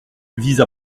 vise